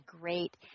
great